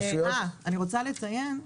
אני רוצה לציין,